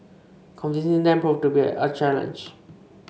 convincing them proved to be a challenge